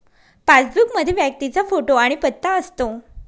passbook मध्ये व्यक्तीचा photo आणि पत्ता असतो